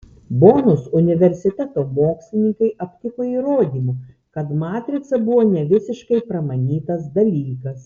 bonos universiteto mokslininkai aptiko įrodymų kad matrica buvo ne visiškai pramanytas dalykas